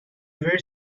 very